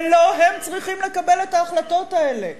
ולא הם צריכים לקבל את ההחלטות האלה,